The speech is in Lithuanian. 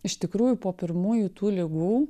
iš tikrųjų po pirmųjų tų ligų